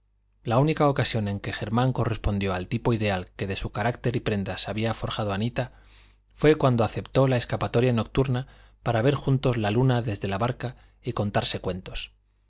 la única ocasión en que germán correspondió al tipo ideal que de su carácter y prendas se había forjado anita fue cuando aceptó la escapatoria nocturna para ver juntos la luna desde la barca y contarse cuentos